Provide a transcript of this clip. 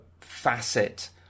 facet